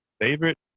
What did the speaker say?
favorite